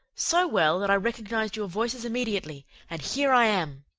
so well that i recognized your voices immediately, and here i am.